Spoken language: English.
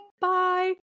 Bye